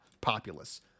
populace